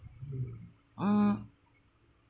mm